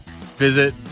Visit